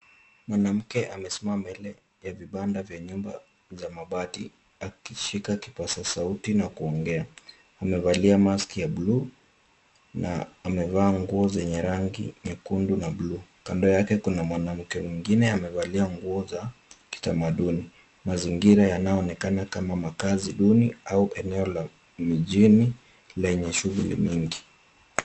Mwanamke amesimama mbele ya vibanda vya nyumba za mabati akishika kipaza sauti na kuongea. Amevalia mask ya buluu na amevaa nguo zenye rangi nyekundu na buluu. Kando yake kuna mwanamke mwengine amevalia nguo za kitamaduni. Mazingira yanaonekana kama makazi duni au eneo la mjini lenye shughuli mingi.